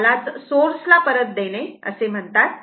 यालाच सोर्स ला परत देणे देणे असे म्हणतात